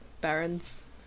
Baron's